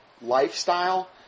lifestyle